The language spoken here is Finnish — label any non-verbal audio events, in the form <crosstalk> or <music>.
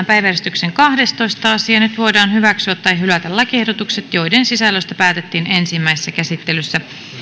<unintelligible> päiväjärjestyksen kahdestoista asia nyt voidaan hyväksyä tai hylätä lakiehdotukset joiden sisällöstä päätettiin ensimmäisessä käsittelyssä